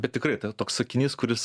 bet tikrai toks sakinys kuris